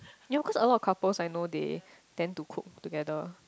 ya cause a lot of couples I know they tend to cook together